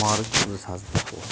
مارٕچ زٕ ساس بَہہ اوس